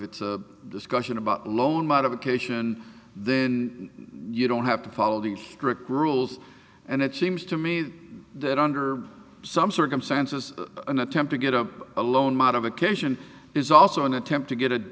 it's a discussion about loan modification then you don't have to follow the strict rules and it seems to me that under some circumstances an attempt to get a loan modification is also an attempt to get a